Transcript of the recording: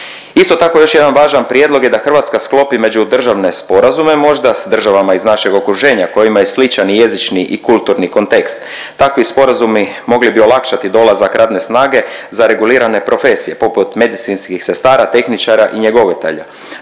Isto tako još jedan važan prijedlog je da Hrvatska sklopi međudržavne sporazume možda s državama iz našeg okruženja koje imaju sličan i jezični i kulturni kontekst. Takvi sporazumi mogli bi olakšati dolazak radne snage za regulirane profesije poput medicinskih sestara, tehničara i njegovatelja.